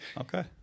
Okay